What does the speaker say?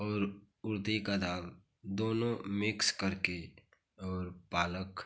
और उड़द का दाल दोनों मिक्स करके और पालक